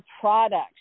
products